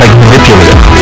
manipulative